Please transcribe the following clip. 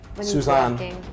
Susan